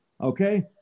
okay